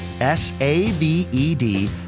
S-A-V-E-D